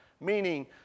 meaning